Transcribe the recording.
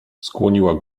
skłoniła